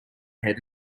head